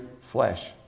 flesh